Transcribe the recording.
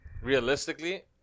realistically